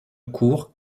court